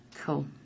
Cool